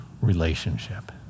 relationship